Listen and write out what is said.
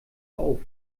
rauft